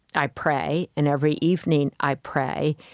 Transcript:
i pray, and every evening, i pray.